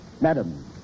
Madam